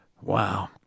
Wow